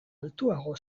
altuago